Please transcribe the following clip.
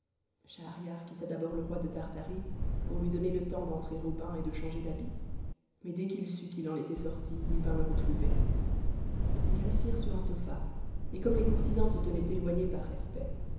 schahriar quitta d'abord le roi de tartarie pour lui donner le temps d'entrer au bain et de changer d'habit mais dès qu'il sut qu'il en était sorti il vint le retrouver ils s'assirent sur un sofa et comme les courtisans se tenaient éloignés par respect